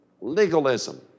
legalism